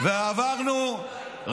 מה אתה חושב,